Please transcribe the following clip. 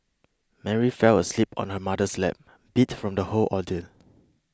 Mary fell asleep on her mother's lap beat from the whole ordeal